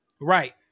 right